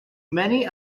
many